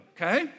okay